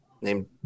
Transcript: named